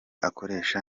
akoresha